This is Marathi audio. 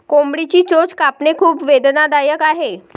कोंबडीची चोच कापणे खूप वेदनादायक आहे